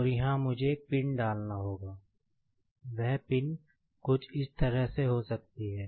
और यहाँ मुझे एक पिन डालना होगा वह पिन कुछ इस तरह से हो सकती है